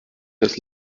des